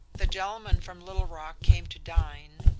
the gentleman from little rock came to dine,